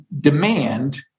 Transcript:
demand